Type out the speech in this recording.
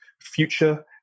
Future